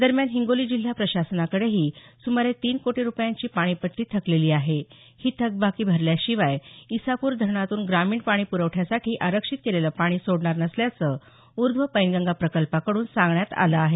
दरम्यान हिंगोली जिल्हा प्रशासनाकडेही सुमारे तीन कोटी रूपयांची पाणीपट्टी थकलेली आहे ही थकबाकी भरल्या शिवाय ईसापूर धरणातून ग्रामीण पाणी प्रवठ्यासाठी आरक्षित केलेलं पाणी सोडणार नसल्याचं ऊर्ध्व पेनगंगा प्रकल्पाकडून सांगण्यात आलं आहे